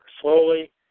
slowly